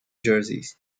jerseys